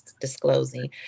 disclosing